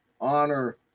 honor